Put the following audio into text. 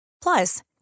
Plus